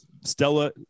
Stella